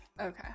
Okay